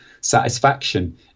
satisfaction